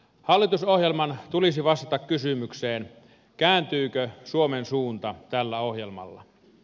hallitusohjelman tulisi vastata kysymykseen kääntyykö suomen suunta tällä ohjelmalla